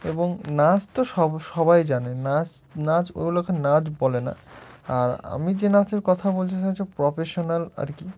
এবং নাচ তো সব সবাই জানে নাচ নাচ ওগুলোকে নাচ বলে না আর আমি যে নাচের কথা বলছি সেটা হচ্ছে প্রফেশনাল আর কি